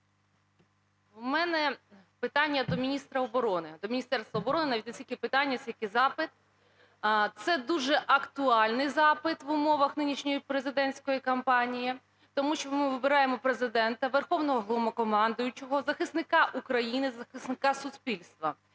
В мене питання до міністра оборони, до Міністерства оборони, навіть не скільки питання, скільки запит. Це дуже актуальний запит в умовах нинішньої президентської кампанії, тому що ми вибираємо Президента, Верховного Головнокомандуючого, захисника України, захисника суспільства.